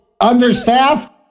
understaffed